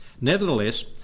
Nevertheless